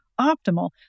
optimal